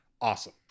awesome